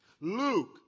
Luke